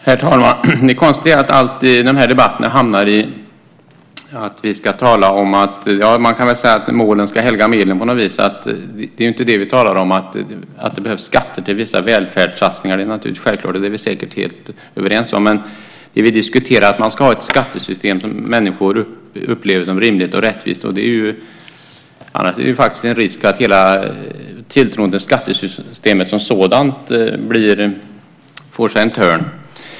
Herr talman! Det konstiga är att dessa debatter alltid innebär att vi ska tala om att målen ska helga medlen, kan man väl säga. Vi talar inte om att det behövs skatter till vissa välfärdssatsningar. Det är naturligtvis självklart, och det är vi säkert helt överens om. Men vi vill diskutera att man ska ha ett skattesystem som människor upplever som rimligt och rättvist, annars finns det faktiskt en risk för att hela tilltron till skattesystemet som sådant får sig en törn.